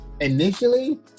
initially